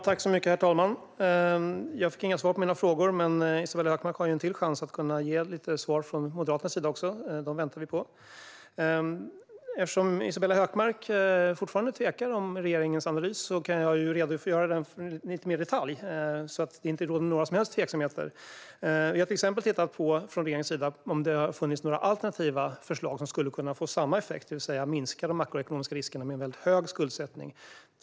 Herr talman! Jag fick inga svar på mina frågor, men Isabella Hökmark har en chans till att ge lite svar från Moderaterna - dem väntar vi på. Eftersom Isabella Hökmark fortfarande tvekar vad gäller regeringens analys ska jag redogöra för den lite mer i detalj så att det inte råder några som helst tveksamheter. Regeringen har till exempel tittat på om det fanns några alternativa förslag som skulle få samma effekt, det vill säga minska de makroekonomiska riskerna med en väldigt hög skuldsättning.